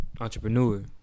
entrepreneur